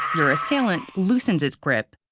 your assailant loosens its grip,